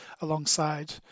alongside